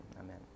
amen